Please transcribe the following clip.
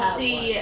see